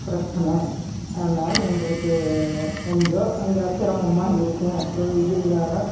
பிரச்சனை அதனால் எங்களுக்கு கொஞ்சம் அங்கே சிரமமாக இருக்கும் அந்த வெயில் காலம்